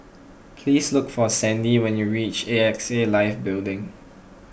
please look for Sandi when you reach A X A Life Building